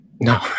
No